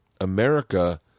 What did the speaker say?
America